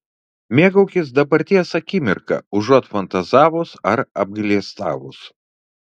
mėgaukis dabarties akimirka užuot fantazavus ar apgailestavus